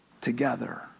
together